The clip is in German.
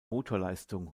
motorleistung